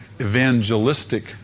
evangelistic